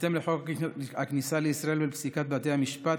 בהתאם לחוק הכניסה לישראל ופסיקת בתי המשפט,